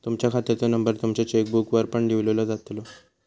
तुमच्या खात्याचो नंबर तुमच्या चेकबुकवर पण लिव्हलो जातलो